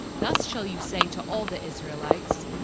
thus shall you say to all the israelites,